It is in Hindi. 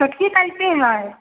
छोटकी कैसी है